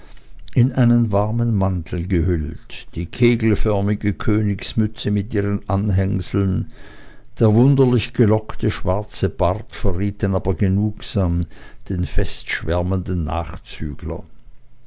in einen warmen mantel gehüllt die kegelförmige königsmütze mit ihren anhängseln der wunderlich gelockte schwarze bart verrieten aber genugsam den festschwärmenden nachzügler